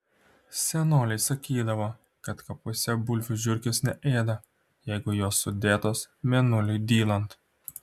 senoliai sakydavo kad kaupuose bulvių žiurkės neėda jeigu jos sudėtos mėnuliui dylant